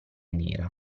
nera